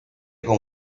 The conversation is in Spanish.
con